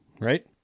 right